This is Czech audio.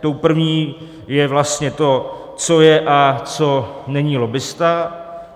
Tou první je vlastně to, co je a co není lobbista.